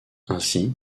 ainsi